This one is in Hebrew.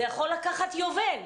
זה יכול לקחת יובל.